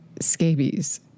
scabies